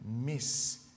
miss